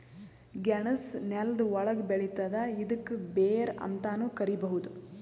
ಗೆಣಸ್ ನೆಲ್ದ ಒಳ್ಗ್ ಬೆಳಿತದ್ ಇದ್ಕ ಬೇರ್ ಅಂತಾನೂ ಕರಿಬಹುದ್